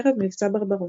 ערב מבצע ברברוסה.